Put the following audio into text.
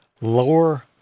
lower